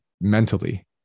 mentally